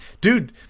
Dude